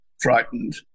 frightened